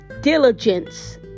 diligence